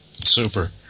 Super